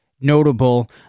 notable